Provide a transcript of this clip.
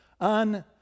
on